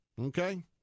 Okay